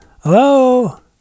hello